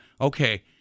okay